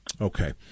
Okay